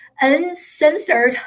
uncensored